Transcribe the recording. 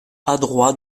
adroit